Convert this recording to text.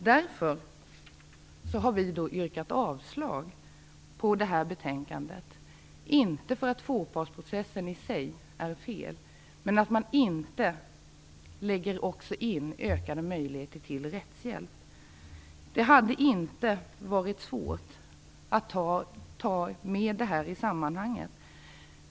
Därför har vi yrkat avslag på utskottets hemställan i detta betänkande, inte därför att tvåpartsprocessen i sig är fel, men därför att man inte lägger in också ökade möjligheter till rättshjälp. Det hade inte varit svårt att ta med det i sammanhanget.